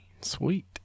Sweet